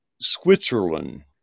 Switzerland